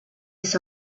his